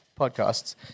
podcasts